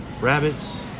rabbits